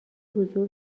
حضور